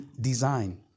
design